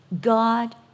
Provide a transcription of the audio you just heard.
God